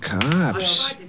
cops